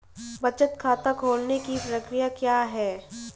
बचत खाता खोलने की प्रक्रिया क्या है?